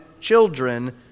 children